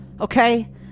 Okay